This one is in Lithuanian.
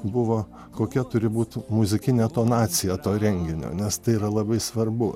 buvo kokia turi būti muzikinė tonacija to renginio nes tai yra labai svarbu